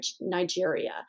Nigeria